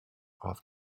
off